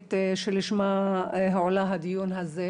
העיקרית לשמה הועלה הדיון הזה.